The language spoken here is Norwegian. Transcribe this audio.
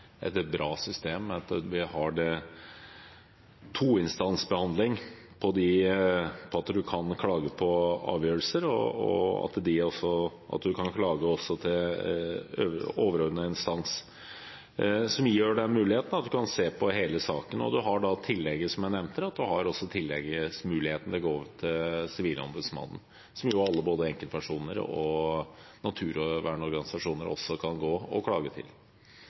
et bra system ved at vi har toinstansbehandling, som gjør at man kan klage på avgjørelser, og at man også kan klage til overordnet instans, som gir muligheten til å se på hele saken. Så har man i tillegg, som jeg nevnte, muligheten til å gå til Sivilombudsmannen, som alle, både enkeltpersoner og naturvernorganisasjoner, også kan gå og klage til.